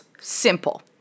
simple